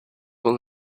will